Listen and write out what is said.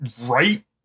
right